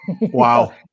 Wow